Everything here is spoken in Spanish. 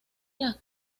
las